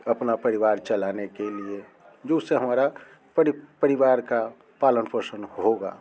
अपना परिवार चलाने के लिए जो उससे हमारा परिवार का पालन पोषण होगा